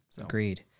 Agreed